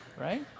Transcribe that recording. right